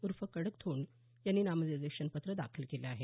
उर्फ कटकधोंड यांनी नामनिर्देशन पत्र दाखल केलं आहे